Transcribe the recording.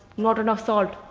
not enough salt.